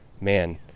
man